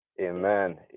amen